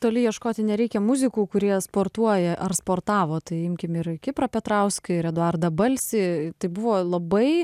toli ieškoti nereikia muzikų kurie sportuoja ar sportavo tai imkim ir kiprą petrauską ir eduardą balsį tai buvo labai